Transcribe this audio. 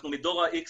אנחנו מדור ה-X,